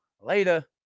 later